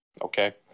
okay